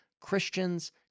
Christians